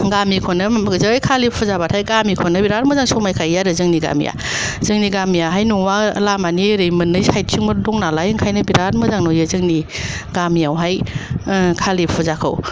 गामिखौनो जै कालि फुजाबाथाय गामिखौनो बिराद मोजां समायखायो आरो जोंनि गामिया जोंनि गामियाहाय न'आ लामानि ओरै मोननै साइडथिंबो दंनालाय बेनिखायनो बिराद मोजां नुयो जोंनि गामियावहाय कालि फुजाखौ